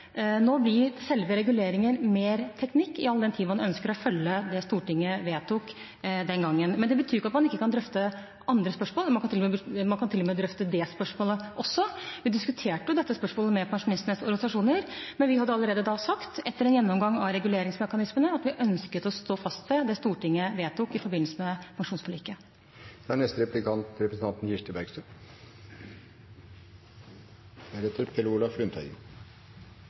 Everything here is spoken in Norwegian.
Nå blir selve reguleringen mer teknikk, all den tid man ønsker å følge det Stortinget vedtok den gangen. Men det betyr jo ikke at man ikke kan drøfte andre spørsmål; man kan til og med drøfte det spørsmålet også. Vi diskuterte dette spørsmålet med pensjonistenes organisasjoner, men vi hadde allerede da sagt, etter en gjennomgang av reguleringsmekanismene, at vi ønsket å stå fast ved det Stortinget vedtok i forbindelse med